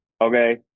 okay